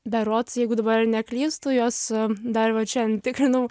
berods jeigu dabar neklystu jos dar vat šiandien tikrinau